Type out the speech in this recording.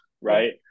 Right